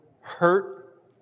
hurt